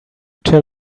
tell